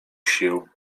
się